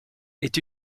est